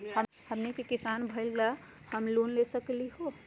हमनी के किसान भईल, का हम लोन ले सकली हो?